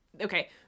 Okay